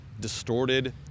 distorted